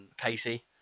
Casey